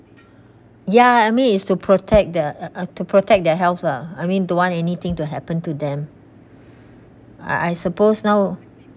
ya I mean is to protect the uh uh to protect their health lah I mean don't want anything to happen to them I I suppose now